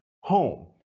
home